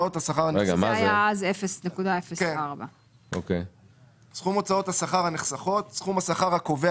זה היה אז 0.04. ""סכום הוצאות השכר הנחסכות" סכום השכר הקובע